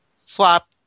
swap